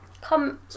Come